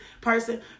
person